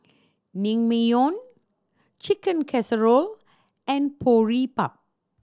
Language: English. Naengmyeon Chicken Casserole and Boribap